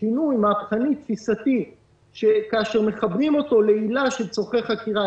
שינוי מהפכני תפיסתי שכאשר מחברים אותו לעילה של צורכי חקירה,